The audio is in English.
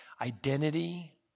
Identity